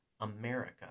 America